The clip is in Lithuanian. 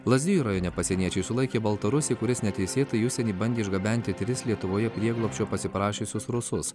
lazdijų rajone pasieniečiai sulaikė baltarusį kuris neteisėtai į užsienį bandė išgabenti tris lietuvoje prieglobsčio pasiprašiusius rusus